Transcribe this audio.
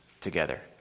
together